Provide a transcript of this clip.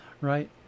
right